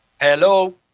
Hello